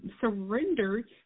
surrendered